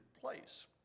place